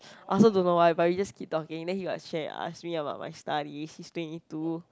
I also don't know why but we just keep talking then he like share ask me about my studies he's twenty two